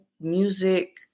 music